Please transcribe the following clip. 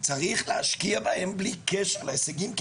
צריך להשקיע בהם בלי קשר להישגים,